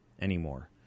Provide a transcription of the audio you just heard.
anymore